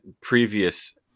previous